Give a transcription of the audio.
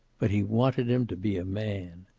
but he wanted him to be a man.